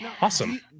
Awesome